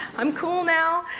i'm cool now.